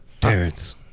Terrence